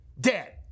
dead